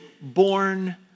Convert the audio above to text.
born